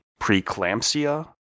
preeclampsia